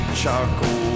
charcoal